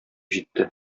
җитте